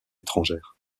étrangères